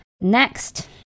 Next